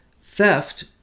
theft